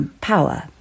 Power